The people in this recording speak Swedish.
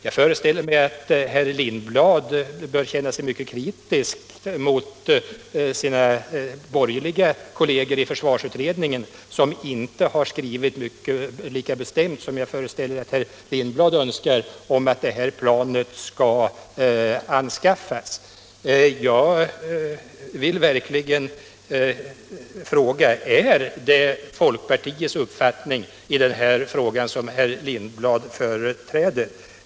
Jag föreställer mig att herr Lindblad bör känna sig mycket kritisk mot sina borgerliga kolleger i försvarsutredningen som inte har skrivit lika bestämt som herr Lindblad antagligen önskar när det gäller anskaffning av detta plan. Jag vill verkligen fråga: Är det folkpartiets uppfattning i den här frågan som herr Lindblad företräder?